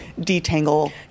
detangle